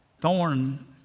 thorn